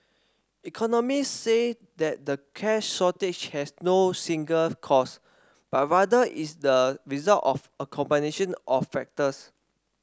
economist say that the cash shortage has no single cause but rather is the result of a combination of factors